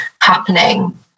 happening